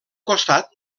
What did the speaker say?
costat